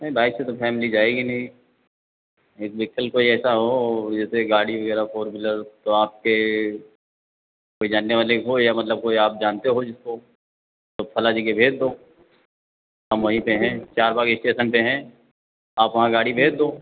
नहीं बाइक से तो फैमिली जाएगी नहीं एक विकल्प कोई ऐसा हो जैसे गाड़ी वगैरह फॉर व्हीलर तो आपके कोई जानने वाले हो या आप जानते हो जिसको तो फला फलां जगह भेज दो हम वहीं पर हें चारबाग स्टेशन पर हैं आप वहां गाड़ी भेज दो